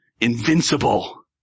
invincible